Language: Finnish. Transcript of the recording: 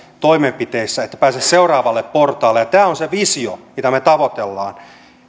toimenpiteissä että he pääsisivät seuraavalle portaalle tämä on se visio mitä me tavoittelemme